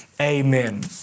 amen